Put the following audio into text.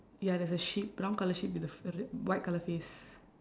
ya there's a sheep brown colour sheep with the f~ r~ white colour face